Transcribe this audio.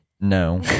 No